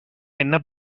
என்ன